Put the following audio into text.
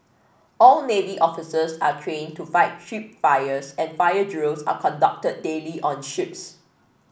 all navy officers are trained to fight ship fires and fire drills are conducted daily on ships